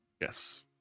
Yes